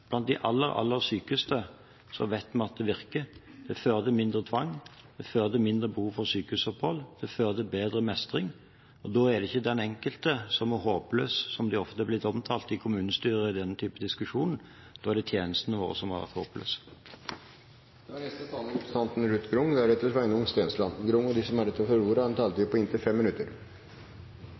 Blant de aller, aller sykeste vet vi at det virker. Det fører til mindre tvang, det fører til mindre behov for sykehusopphold, og det fører til bedre mestring. Da er det ikke den enkelte som er «håpløs», slik de ofte er blitt omtalt i kommunestyrer i denne typen diskusjoner. Da er det tjenestene våre som har vært «håpløse». Jeg vil først takke representanten Kjersti Toppe for å ta opp dette temaet, for i alle undersøkelser viser det seg at det er i overgangen mellom spesialist og